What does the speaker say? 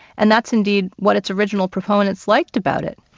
and that's indeed what its original proponents liked about it.